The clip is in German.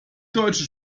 deutsche